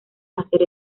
hacer